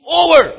over